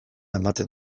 ematen